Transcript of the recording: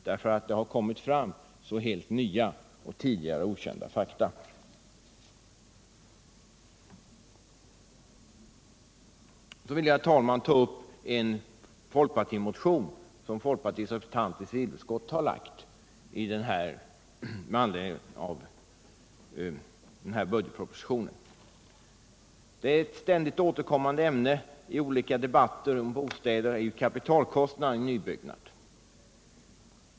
Sedan vill jag, herr talman, ta upp en motion som folkpartiets representant i civilutskottet väckt med anledning av budgetpropositionen. Et ständigt återkommande ämne i olika debatter om bostäder är kapitalkostnaderna i nybyggnationen.